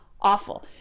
Awful